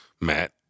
Matt